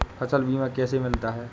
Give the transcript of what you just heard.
फसल बीमा कैसे मिलता है?